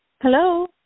Hello